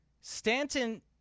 Stanton